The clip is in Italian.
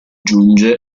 giunge